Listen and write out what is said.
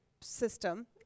system